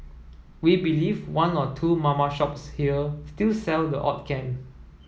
we believe one or two mama shops here still sell the odd can